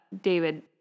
David